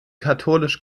katholisch